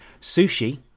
Sushi